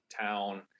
town